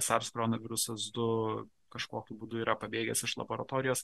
sars koronavirusas du kažkokiu būdu yra pabėgęs iš laboratorijos